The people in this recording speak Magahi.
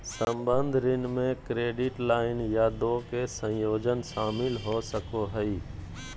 संबंद्ध ऋण में क्रेडिट लाइन या दो के संयोजन शामिल हो सको हइ